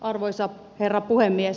arvoisa herra puhemies